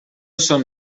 són